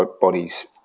bodies